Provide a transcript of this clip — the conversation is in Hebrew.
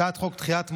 הצעת חוק דחיית מועדים,